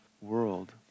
world